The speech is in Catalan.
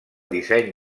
disseny